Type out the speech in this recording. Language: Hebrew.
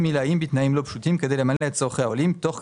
הצבעה פניות מספר 67 70, 9000, אושרו.